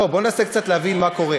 לא, בוא ננסה קצת להבין מה קורה.